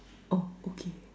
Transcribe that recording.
oh okay